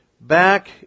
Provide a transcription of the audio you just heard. back